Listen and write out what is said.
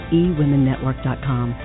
eWomenNetwork.com